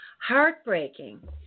Heartbreaking